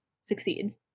succeed